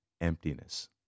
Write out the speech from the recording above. emptiness